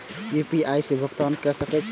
UPI से भुगतान क सके छी?